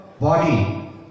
body